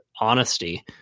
honesty